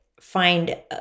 find